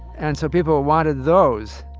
and so people wanted those,